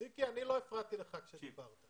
ציקי, אני לא הפרעתי לך כשדיברת.